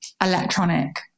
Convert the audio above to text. electronic